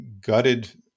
gutted